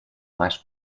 más